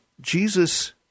Jesus